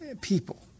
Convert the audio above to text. people